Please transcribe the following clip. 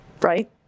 Right